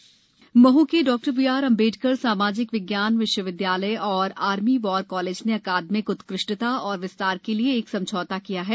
अध्ययन समझौता मह के डॉ बी आर अम्बेडकर सामाजिक विज्ञान विश्वविद्यालय और आर्मी वॉर कॉलेज ने अकादमिक उत्कृष्टता और विस्तार के लिए एक समझौता किया है